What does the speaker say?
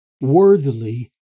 worthily